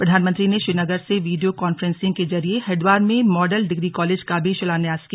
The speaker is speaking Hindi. प्रधानमंत्री ने श्रीनगर से वीडियो कॉन्फ्रेंसिंग के जरिए हरिद्वार में मॉडल डिग्री कॉलेज का भी शिलान्यास किया